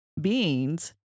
beings